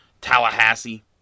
Tallahassee